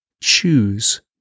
choose